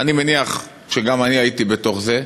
אני מניח שגם אני הייתי בתוך זה,